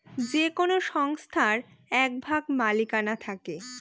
যে কোনো সংস্থার এক ভাগ মালিকানা থাকে